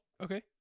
okay